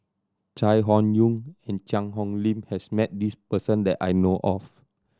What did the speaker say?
Chai Hon Yoong and Cheang Hong Lim has met this person that I know of